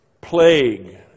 plague